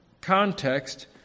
context